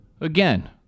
again